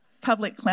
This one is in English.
Public